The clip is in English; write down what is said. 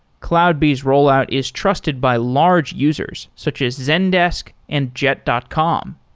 cloudbees rollout is trusted by large users, such as zekdesk and jet dot com.